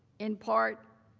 in part,